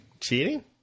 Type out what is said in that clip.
Cheating